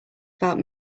about